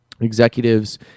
Executives